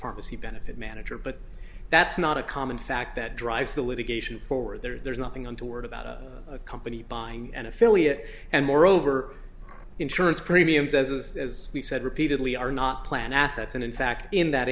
pharmacy benefit manager but that's not a common fact that drives the litigation forward there's nothing untoward about a company buying an affiliate and moreover insurance premiums as we've said repeatedly are not plan assets and in fact in that